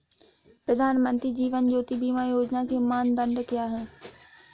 प्रधानमंत्री जीवन ज्योति बीमा योजना के मानदंड क्या हैं?